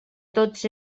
tots